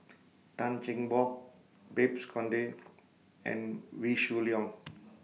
Tan Cheng Bock Babes Conde and Wee Shoo Leong